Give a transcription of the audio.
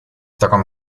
таком